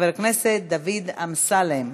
חבר הכנסת דוד אמסלם.